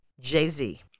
Jay-Z